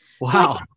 Wow